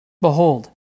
Behold